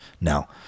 Now